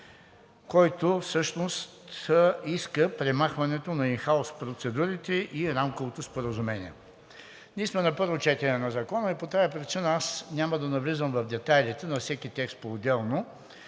който всъщност иска премахването на ин хаус процедурите и рамковото споразумение. На първо четене на Закона сме и по тази причина аз няма да навлизам в детайлите на всеки текст поотделно,